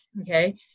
okay